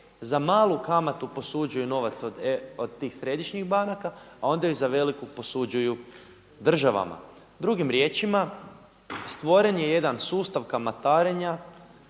za malu kamatu posuđuju novac od tih središnjih banaka a onda ih za veliku posuđuju državama. Drugim riječima stvoren je jedan sustav kamatarenja